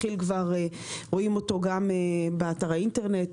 שמתפרסם גם באתר האינטרנט,